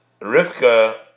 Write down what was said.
Rivka